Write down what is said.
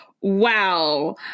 wow